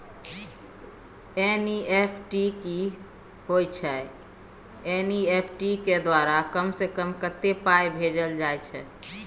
NEFT की होय छै एन.ई.एफ.टी के द्वारा कम से कम कत्ते पाई भेजल जाय छै?